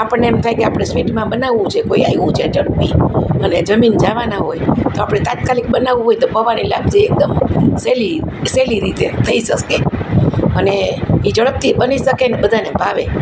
આપણને એમ થાય કે આપણે સ્વીટમાં બનાવવું છે કોઈ આવ્યું છે ઝડપી અને જમીન જવાના હોય તો આપણે તાત્કાલિક બનાવવું હોય તો પૌંઆની લાપસી એકદમ સહેલી સહેલી રીતે થઈ શકે અને એ ઝડપથી બની શકે ને બધાને ભાવે